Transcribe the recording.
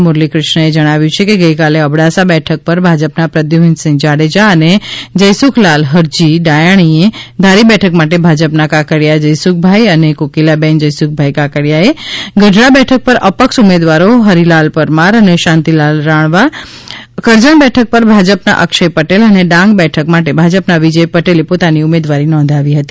મુરલીક્રિષ્ણાએ જણાવ્યું કે ગઇકાલે અબડાસા બેઠક પર ભાજપના પ્રદ્યુમનસિંહ જાડેજા અને જયસુખલાલ ફરજી ડાયાણીએ ધારી બેઠક માટે ભાજપના કાકડીયા જયસુખભાઈ અને કોકીલાબેન જયસુખભાઈ કાકડીયાએ ગઢડા બેઠક પર અપક્ષ ઉમેદવારો હરિલાલ પરમાર અને શાંતિલાલ રાણવાએ કરજણ બેઠખ પર ભાજપના અક્ષય પટેલ અને ડાંગ બેઠક માટે ભાજપના વિજય પટેલે પોતાની ઉમેદવારી નોંધાવી હતી